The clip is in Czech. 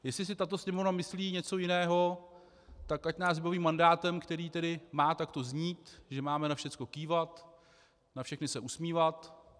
Jestli si tato Sněmovna myslí něco jiného, tak ať nás vybaví mandátem, který tedy má takto znít, že máme na všecko kývat, na všechny se usmívat.